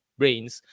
brains